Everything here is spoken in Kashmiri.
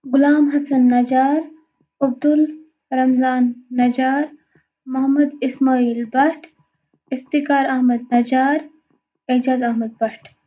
غلام حسن نجار عبدل رمضان نجار محمد اسمایِل بَٹ افتخار احمد نجار ایجاز احمد بٹ